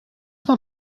not